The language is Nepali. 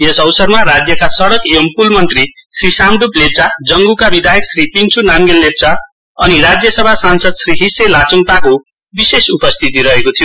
यस अवसरमा राज्यका सडक एवम् प्ल मन्त्री श्री सामड्प लेप्चा जङ्ग्का विधायक श्री पिञ्चो नामगेल लेप्चा अनि राज्यसभा सांसद श्री हिस्से लाच्डपाको विशेष उपस्थिति रहेको थियो